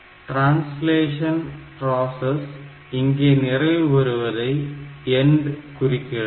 translation process இங்கே நிறைவு பெறுவதை END குறிக்கிறது